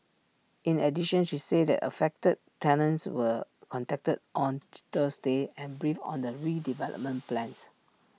in addition she said that affected tenants were contacted on Thursday and briefed on the redevelopment plans